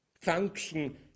function